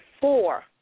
four